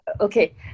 Okay